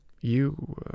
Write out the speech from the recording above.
You